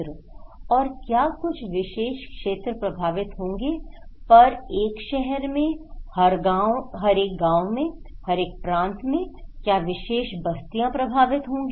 और क्या कुछ विशेष क्षेत्र प्रभावित होंगे हर एक शहर में हर एक गांव में हर एक प्रांत में क्या विशेष बस्तियां प्रभावित होंगी